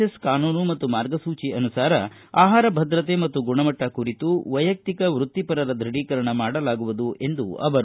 S ಕಾನೂನು ಮತ್ತು ಮಾರ್ಗಸೂಚಿ ಅನುಸಾರ ಆಹಾರ ಭದ್ರತೆ ಮತ್ತು ಗುಣಮಟ್ಟ ಕುರಿತು ವೈಯಕ್ತಿಕ ವೃತ್ತಿಪರರ ದೃಢೀಕರಣ ಮಾಡಲಾಗುವುದು ಎಂದರು